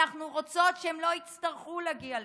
אנחנו רוצות שהם לא יצטרכו להגיע לשם.